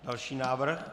Další návrh.